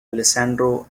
alessandro